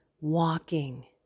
walking